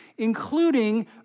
including